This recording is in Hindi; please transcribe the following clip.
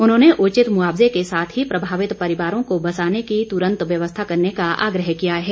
उन्होंने उचित मुआवजे के साथ ही प्रभावित परिवारों को बसाने की तुरंत व्यवस्था करने का आग्रह किया है